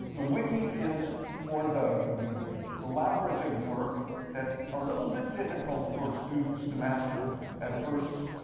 the wiki is for the the collaborative work that's a little bit difficult for students to master at first.